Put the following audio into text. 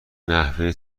نحوه